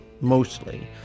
mostly